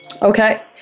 Okay